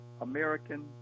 American